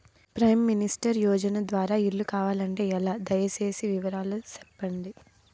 Prime minister యోజన ద్వారా ఇల్లు కావాలంటే ఎలా? దయ సేసి వివరాలు సెప్పండి?